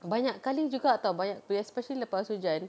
banyak kali juga tahu banyak re~ especially lepas hujan